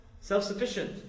self-sufficient